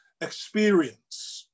experience